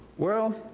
well,